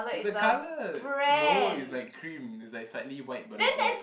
it's a colour no it's like cream it's like slightly white but not white